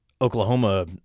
Oklahoma